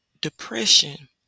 depression